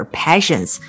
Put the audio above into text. passions